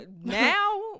Now